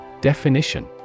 Definition